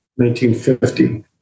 1950